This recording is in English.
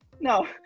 No